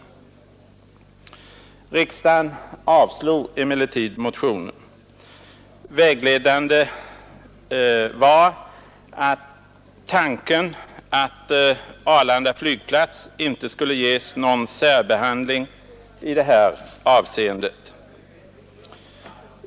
Riksdagen avslog emellertid motionen. Vägledande var tanken att Arlanda flygplats inte skulle ges någon särbehandling i det här avseendet.